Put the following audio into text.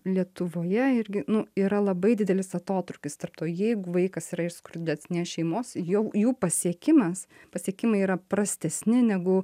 lietuvoje irgi yra labai didelis atotrūkis tarp to jeigu vaikas yra iš skurdesnės šeimos jau jų pasiekimas pasiekimai yra prastesni negu